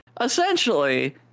Essentially